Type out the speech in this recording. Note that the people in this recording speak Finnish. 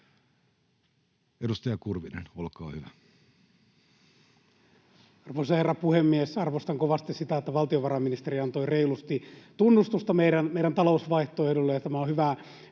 16:26 Content: Arvoisa herra puhemies! Arvostan kovasti sitä, että valtiovarainministeri antoi reilusti tunnustusta meidän talousvaihtoehdolle,